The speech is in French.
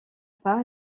pas